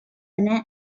இருந்தன